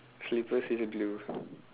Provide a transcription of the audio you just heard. slippers is blue